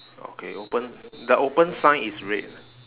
okay open the open sign is red